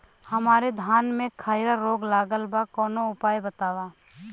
हमरे धान में खैरा रोग लगल बा कवनो उपाय बतावा?